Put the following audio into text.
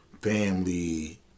family